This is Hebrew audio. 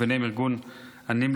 וביניהם ארגון אנימלס,